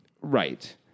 Right